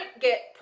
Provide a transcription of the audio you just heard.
get